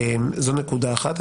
זו נקודה אחת.